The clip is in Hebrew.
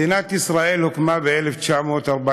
מדינת ישראל הוקמה ב-1948,